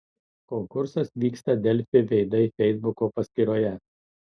konkursas vyksta delfi veidai feisbuko paskyroje